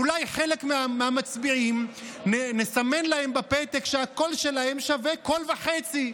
אולי לחלק מהמצביעים נסמן בפתק שהקול שלהם שווה קול וחצי,